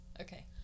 Okay